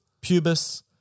pubis